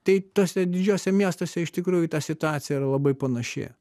tai tuose didžiuosiuose miestuose iš tikrųjų ta situacija yra labai panaši